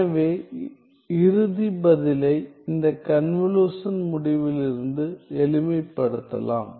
எனவே இறுதி பதிலை இந்த கன்வலுஷன் முடிவிலிருந்து எளிமைப்படுத்தலாம்